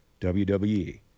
WWE